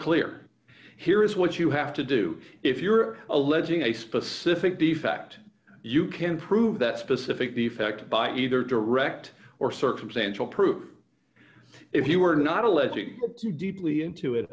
clear here is what you have to do if you're alleging a specific the fact you can prove that specific defect by either direct or circumstantial proof if you are not alleging deeply into it